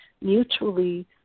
mutually